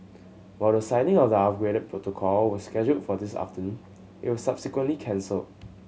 while the signing of the upgraded protocol was scheduled for this afternoon it was subsequently cancelled